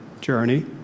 journey